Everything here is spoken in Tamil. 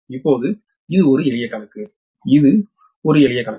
இப்போது இது ஒரு எளிய கணக்கு இது ஒரு எளிய கணக்கு